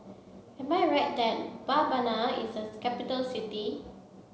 am I right that Babana is a capital city